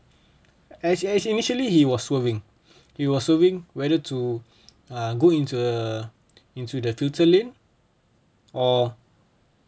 I see I see actually he was swerving he was swerving whether to uh go into uh into the filter lane or